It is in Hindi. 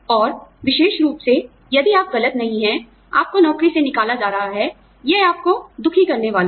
और विशेष रूप से यदि आप गलत नहीं हैं आपको नौकरी से निकाला जा रहा है यह आपको दुखी करने वाला है